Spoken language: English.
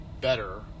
better